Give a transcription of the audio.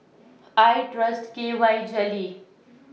I Trust K Y Jelly